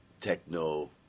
techno